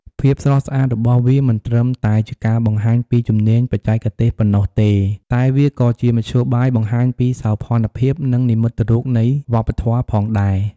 ភាពស្រស់ស្អាតរបស់វាមិនត្រឹមតែជាការបង្ហាញពីជំនាញបច្ចេកទេសប៉ុណ្ណោះទេ តែវាក៏ជាមធ្យោបាយបង្ហាញពីសោភ័ណភាព និងនិមិត្តរូបនៃវប្បធម៌ផងដែរ។